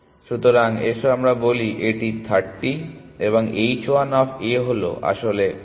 সুতরাং এসো আমরা বলি এটি 30 এবং h 1 অফ A হলো আসলে 40